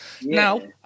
Now